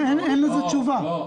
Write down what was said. אין לזה תשובה.